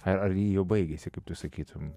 ar ar ji jau baigėsi kaip tu sakytum